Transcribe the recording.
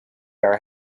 are